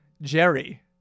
Jerry